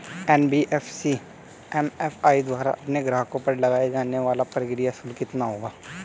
NBFC MFI द्वारा अपने ग्राहकों पर लगाए जाने वाला प्रक्रिया शुल्क कितना होता है?